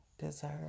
deserve